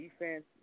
defense